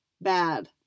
bad